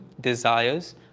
desires